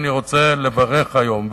אני רוצה לברך היום,